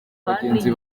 bagenzi